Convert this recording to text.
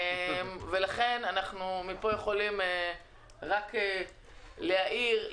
ולכן אנחנו מפה יכולים רק להעיר,